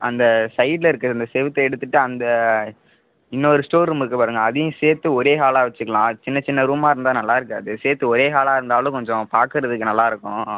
அந்த சைடில் இருக்க இந்த செவுத்த எடுத்துவிட்டு அந்த இன்னொரு ஸ்டோர் ரூம் இருக்குது பாருங்கள் அதையும் சேர்த்து ஒரே ஹாலா வச்சுக்கலாம் அது சின்ன சின்ன ரூம்மா இருந்தால் நல்லா இருக்காது சேர்த்து ஒரே ஹாலா இருந்தாலும் கொஞ்சோ பார்க்கறதுக்கு நல்லா இருக்கும்